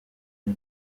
ari